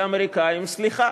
לאמריקנים: סליחה,